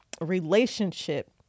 relationship